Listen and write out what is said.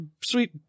sweet